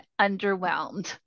underwhelmed